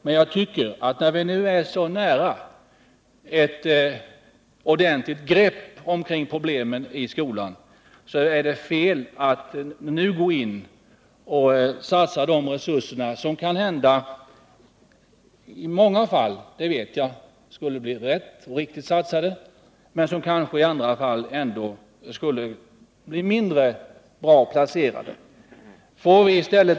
Men när vi är så nära ett ordentligt grepp om problemen i skolan är det fel att nu satsa resurser, som i många fall skulle bli rätt och riktigt satsade men som kanske i andra fall skulle bli mindre bra placerade.